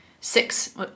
six